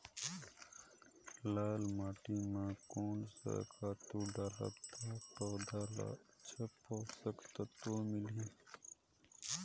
लाल माटी मां कोन सा खातु डालब ता पौध ला अच्छा पोषक तत्व मिलही?